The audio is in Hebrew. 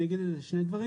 אני אומר על זה שני דברים.